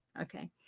Okay